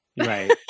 Right